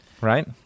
right